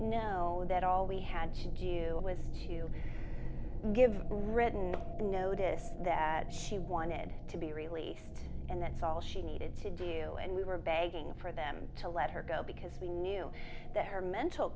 know that all we had to do was to give written notice that she wanted to be released and that's all she needed to do and we were begging for them to let her go because we knew that her mental